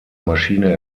maschine